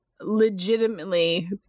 legitimately